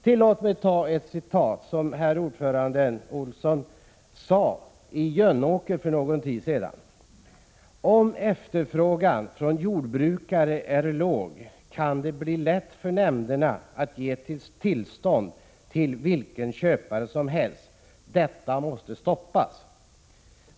Tillåt mig citera vad utskottets ordförande herr Olsson sade i Jönåker för någon tid sedan: ”Om efterfrågan från jordbrukare är låg kan det bli lätt för lantbruksnämnderna att ge förvärvstillstånd till nästan vilken köpare som helst.” Detta måste stoppas, ansåg Karl Erik Olsson.